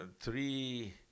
three